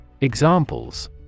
Examples